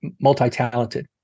multi-talented